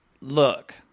look